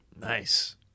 Nice